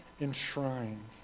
enshrined